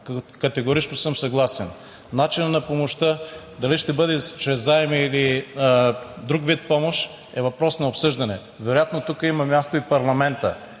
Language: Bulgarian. Категорично съм съгласен! Начинът на помощта – дали ще бъде чрез заеми или друг вид помощ, е въпрос на обсъждане. Вероятно тук има място и парламентът,